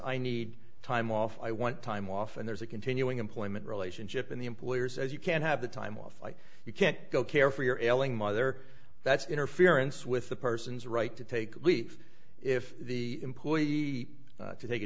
i need time off i want time off and there's a continuing employment relationship in the employers as you can't have the time off like you can't go care for your elling mother that's interference with the person's right to take leave if the employee to take a